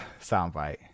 soundbite